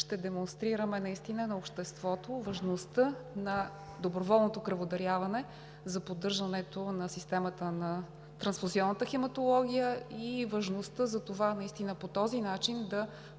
ще демонстрираме наистина на обществото важността на доброволното кръводаряване за поддържането на системата на трансфузионната хематология и важността, за това наистина по този начин да